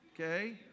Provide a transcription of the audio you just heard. okay